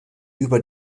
über